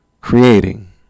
creating